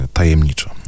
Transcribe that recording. tajemniczo